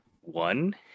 one